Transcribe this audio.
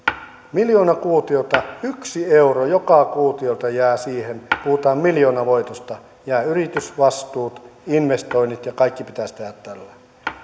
miljoona kuutiota yksi euro joka kuutiolta jää siihen puhutaan miljoonavoitosta jää yritysvastuut investoinnit ja kaikki pitäisi tehdä tällä